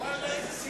ואללה,